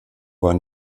war